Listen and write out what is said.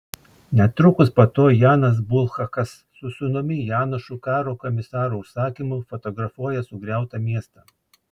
netrukus po to janas bulhakas su sūnumi janošu karo komisaro užsakymu fotografuoja sugriautą miestą